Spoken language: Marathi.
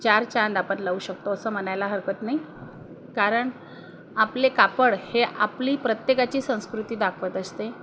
चारचांद आपण लावू शकतो असं म्हणायला हरकत नाही कारण आपले कापड हे आपली प्रत्येकाची संस्कृती दाखवत असते